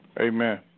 Amen